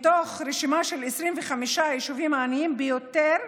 מתוך רשימה של 25 היישובים העניים ביותר,